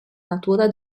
natura